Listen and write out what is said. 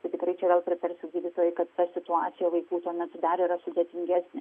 tai tikrai čia vėl pritarsiu gydytojai kad ta situacija vaikų ten dar yra sudėtingesnė